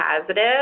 positive